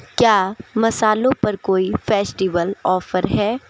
क्या मसालों पर कोई फेस्टिवल ऑफर है